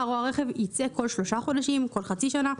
או הרכב יצא בכל שלושה חודשים או בכל חצי שנה,